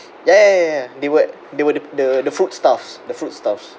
ya ya ya ya they were they were the the fruit staffs the fruit staffs